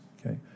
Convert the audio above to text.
okay